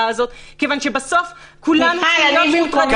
מכיוון שבסוף כולנו צריכים להיות מוטרדים --- מיכל,